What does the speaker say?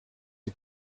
its